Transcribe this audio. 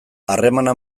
harremana